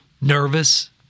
nervous